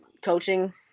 coaching